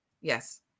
Yes